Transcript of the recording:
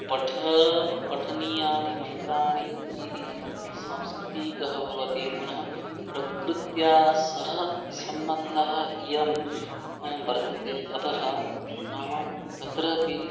पठ पठनीयानि मन्त्राणि इति सांस्कृतिकः भवति पुनः प्रकृत्या सह सम्बन्धः इयं वर्तते अतः नाम तत्रापि